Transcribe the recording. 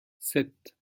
sept